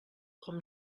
com